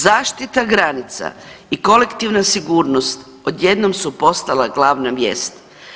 Zaštita granica i kolektivna sigurnost odjednom su postala glavna vijest.